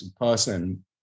person